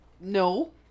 No